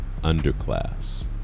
underclass